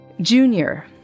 Junior